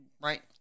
right